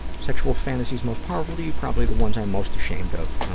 sexual fantasies most powerful to you. probably the ones i'm most ashamed of,